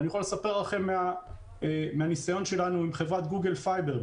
אני יכול לספר לכם מהניסיון שלנו עם חברת גוגל פייבר.